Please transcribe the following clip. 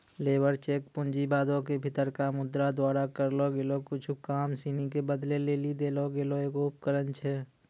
labour cheque पूँजीवादो के भीतरका मुद्रा द्वारा करलो गेलो कुछु काम सिनी के बदलै लेली देलो गेलो एगो उपकरण छै